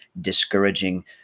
discouraging